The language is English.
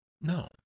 No